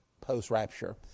post-rapture